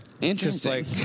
Interesting